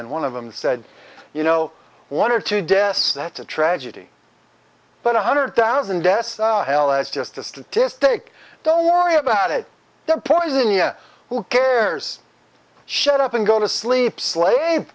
lenin one of them said you know one or two deaths that's a tragedy but one hundred thousand deaths hell is just a statistic don't worry about it they're poison yeah who cares shut up and go to sleep slave